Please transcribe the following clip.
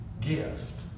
gift